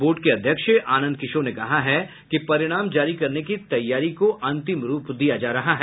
board के अध्यक्ष आनंद किशोर ने कहा है कि परिणाम जारी करने की तैयारी को अंतिम रूप दिया जा रहा है